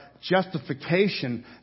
justification